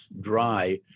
dry